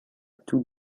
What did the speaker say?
tout